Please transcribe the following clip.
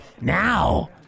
Now